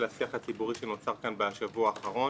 השיח הציבורי שנוצר כאן בשבוע האחרון.